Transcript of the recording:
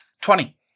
Twenty